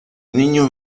niño